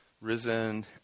risen